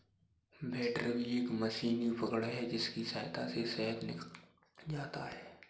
बैटरबी एक मशीनी उपकरण है जिसकी सहायता से शहद निकाला जाता है